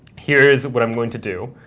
here is what i'm going to do.